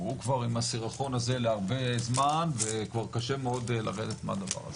הוא כבר עם הסירחון הזה להרבה זמן וכבר קשה מאוד לרדת מהדבר הזה.